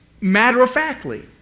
matter-of-factly